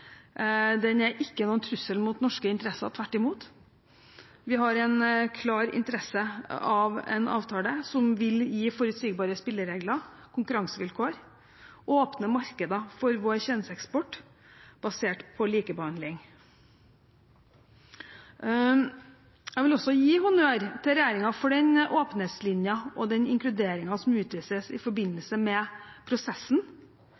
Den er ikke noen trussel mot norske interesser, tvert imot. Vi har en klar interesse av en avtale som vil gi forutsigbare spilleregler og konkurransevilkår og åpne markeder for vår tjenesteeksport basert på likebehandling. Jeg vil også gi honnør til regjeringen for den åpenhetslinjen og den inkluderingen som utvises i forbindelse med prosessen.